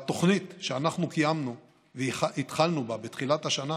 התוכנית שאנחנו קיימנו והתחלנו בה בתחילת השנה